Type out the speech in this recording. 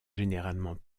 généralement